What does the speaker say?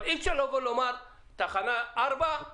אי אפשר לומר: אתם